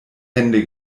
hände